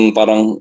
parang